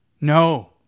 no